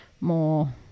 more